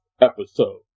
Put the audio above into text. episode